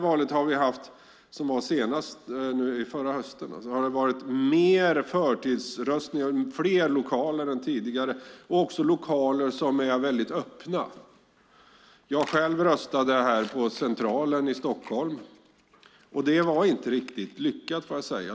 I senaste valet hade vi förtidsröstning i fler lokaler än tidigare och lokaler som var väldigt öppna. Jag röstade själv på Centralen i Stockholm, och det var inte riktigt lyckat.